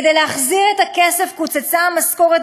כדי להחזיר את הכסף קוצצה גם המשכורת